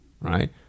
right